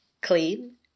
clean